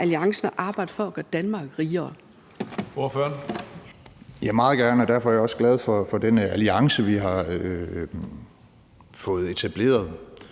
til at arbejde for at gøre Danmark rigere?